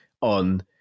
on